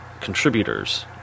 contributors